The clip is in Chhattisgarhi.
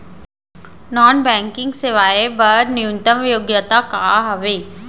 नॉन बैंकिंग सेवाएं बर न्यूनतम योग्यता का हावे?